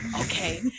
okay